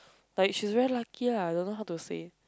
like she is very lucky lah don't know how to say